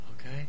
Okay